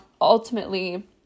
ultimately